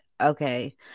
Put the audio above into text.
okay